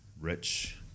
rich